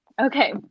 Okay